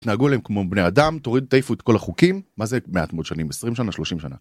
התנהגו אליהם כמו בני אדם, תעיפו את כל החוקים, מה זה מעט מאוד שנים ?20 שנה, 30 שנה.